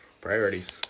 Priorities